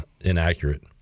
inaccurate